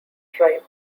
tribe